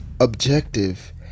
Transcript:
objective